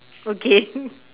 again